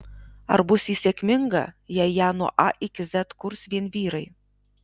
ar bus ji sėkminga jei ją nuo a iki z kurs vien vyrai